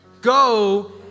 Go